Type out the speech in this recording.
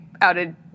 outed